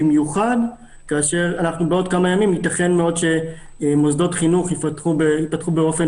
במיוחד כאשר בעוד כמה ימים ייתכן מאוד שמוסדות חינוך ייפתחו באופן